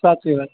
સાચી વાત છે